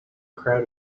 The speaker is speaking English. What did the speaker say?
crowd